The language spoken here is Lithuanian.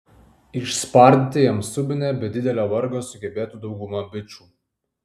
išspardyti jam subinę be didelio vargo sugebėtų dauguma bičų